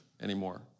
anymore